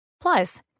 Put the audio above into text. Plus